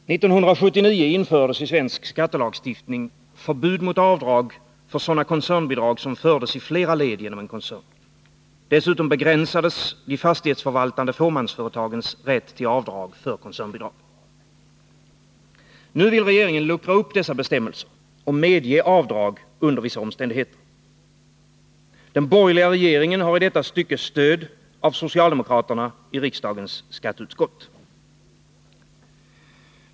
Herr talman! 1979 infördes i svensk skattelagstiftning förbud mot avdrag för sådana koncernbidrag som fördes i flera led genom en koncern. Dessutom begränsades de fastighetsförvaltande fåmansföretagens rätt till avdrag för koncernbidrag. Nu vill regeringen luckra upp dessa bestämmelser och medge avdrag under vissa omständigheter. Den borgerliga regeringen har i detta stycke stöd av socialdemokraterna i riksdagens skatteutskott.